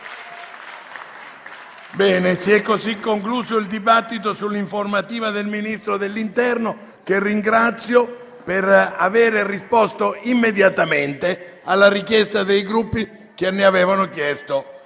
Dichiaro chiusa la discussione sull'informativa del Ministro dell'interno, che ringrazio per aver risposto immediatamente alla richiesta dei Gruppi che ne avevano chiesto